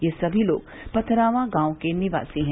ये सभी लोग पथरावां गांव के निवासी हैं